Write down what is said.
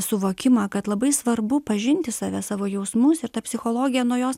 suvokimą kad labai svarbu pažinti save savo jausmus ir ta psichologija nuo jos